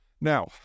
Now